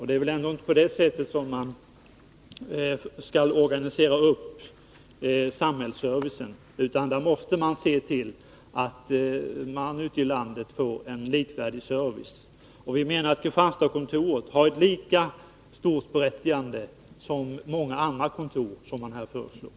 Det är väl ändå inte på det sättet man skall organisera samhällsservicen, utan man måste se till att människor ute i landet får en likvärdig service. Vi menar att Kristianstadskontoret har lika stort berättigande som många andra kontor som finns med i förslaget.